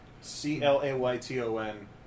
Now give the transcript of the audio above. C-L-A-Y-T-O-N